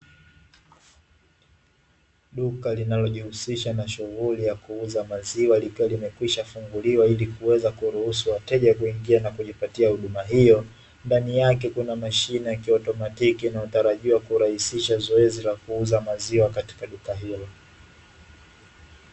Duka linalojihusisha na shughuli ya kuuza maziwa likiwa limekwisha funguliwa ili kuweza kuruhusu wateja kuingia na kujipatia huduma hiyo, ndani yake kuna mashine ya kiotomatiki inayotarajiwa kurahisisha zoezi la kuuza maziwa katika duka hilo.